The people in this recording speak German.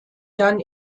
dann